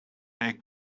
take